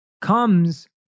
comes